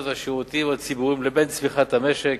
והשירותים הציבוריים לבין צמיחת המשק.